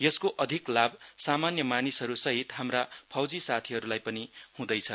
यसको अधिक लाभ सामान्य मानिसहरूसहित हाम्रा फौजी साथीहरूलाई पनि हँदैछ